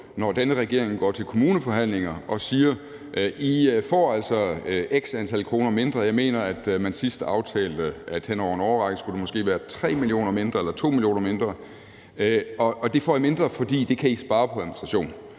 når denne regering går til kommuneforhandlinger og siger: I får altså x antal kroner mindre – jeg mener, at man sidst aftalte, at hen over en årrække skulle det måske være 3 mia. kr. mindre eller 2 mia. kr. mindre – og det får I mindre, fordi I kan spare det på administration.